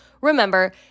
Remember